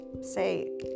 say